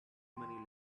money